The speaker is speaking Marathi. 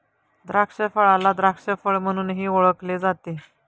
द्राक्षफळाला द्राक्ष फळ म्हणूनही ओळखले जाते